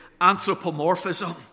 anthropomorphism